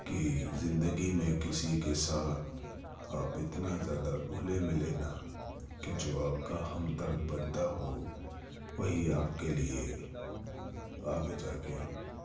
کہ زندگی میں کسی کے ساتھ آپ اتنا زیادہ گھلے ملے نہ کہ جو آپ کا ہمدرد بنتا ہو وہی آپ کے لیے آگے جا کے